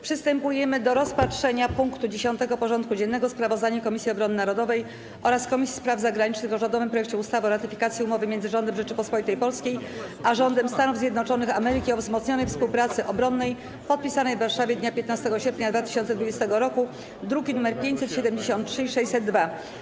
Przystępujemy do rozpatrzenia punktu 10. porządku dziennego: Sprawozdanie Komisji Obrony Narodowej oraz Komisji Spraw Zagranicznych o rządowym projekcie ustawy o ratyfikacji Umowy między Rządem Rzeczypospolitej Polskiej a Rządem Stanów Zjednoczonych Ameryki o wzmocnionej współpracy obronnej, podpisanej w Warszawie dnia 15 sierpnia 2020 r. (druki nr 573 i 602)